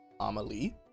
Amalie